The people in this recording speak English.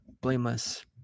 blameless